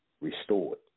restored